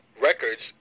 records